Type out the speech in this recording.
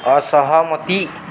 ଅସହମତି